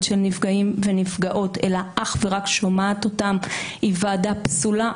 של נפגעים ונפגעות אלא אך ורק שומעת אותם היא ועדה פסולה,